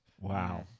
Wow